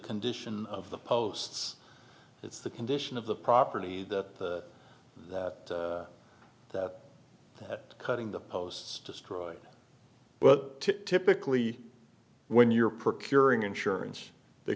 condition of the posts it's the condition of the property that that that that cutting the posts destroyed but typically when you're procuring insurance the